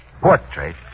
Portrait